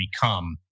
become